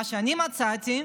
מה שאני מצאתי,